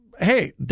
hey